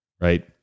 right